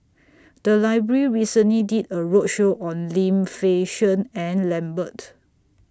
The Library recently did A roadshow on Lim Fei Shen and Lambert